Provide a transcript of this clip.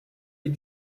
est